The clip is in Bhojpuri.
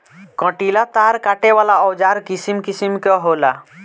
कंटीला तार काटे वाला औज़ार किसिम किसिम कअ होला